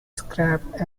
scrapped